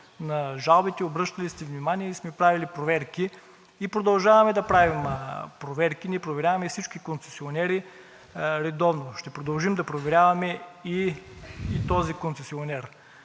на жалбите, обръщали сте внимание и сме правили проверки, и продължаваме да правим проверки. Ние проверяваме и всички концесионери редовно. Ще продължим да проверяваме и този концесионер.